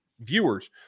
viewers